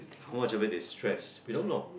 how much of it is stress you don't know